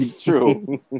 True